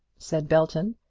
said belton.